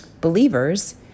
believers